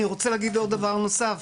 אני רוצה להגיד עוד דבר נוסף,